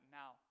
now